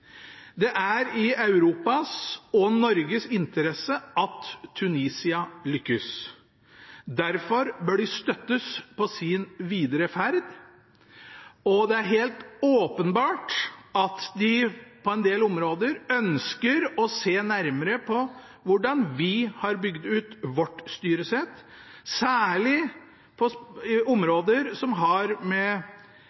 Det er i Europas og Norges interesse at Tunisia lykkes. Derfor bør de støttes på sin videre ferd. Det er helt åpenbart at de på en del områder ønsker å se nærmere på hvordan vi har bygd ut vårt styresett, særlig på områder som har med samarbeid mellom partene i